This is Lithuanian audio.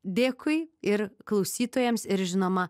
dėkui ir klausytojams ir žinoma